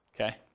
okay